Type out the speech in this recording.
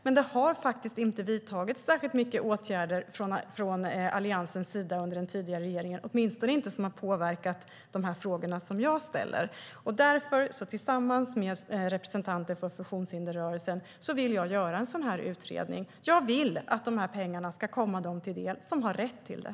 Men det har faktiskt inte vidtagits särskilt mycket åtgärder från Alliansens sida under den tidigare regeringen, åtminstone inte som har påverkat de frågor som jag ställer. Därför vill jag tillsammans med representanter för funktionshindersrörelsen göra en sådan här utredning. Jag vill att de här pengarna ska komma dem till del som har rätt till det.